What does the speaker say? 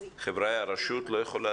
חבריא, הרשות לא יכולה